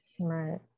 Right